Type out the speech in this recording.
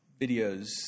videos